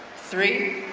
three,